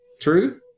True